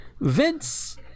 Vince